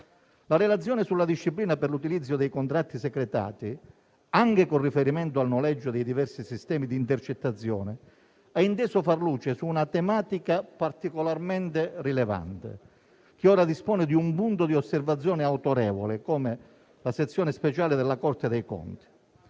La relazione sulla disciplina per l'utilizzo dei contratti secretati, anche con riferimento al noleggio dei diversi sistemi di intercettazione, ha inteso far luce su una tematica particolarmente rilevante, che ora dispone di un punto di osservazione autorevole come la Sezione speciale della Corte dei conti.